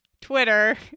twitter